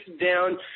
down